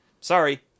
Sorry